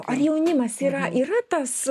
ar jaunimas yra yra tas